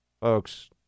Folks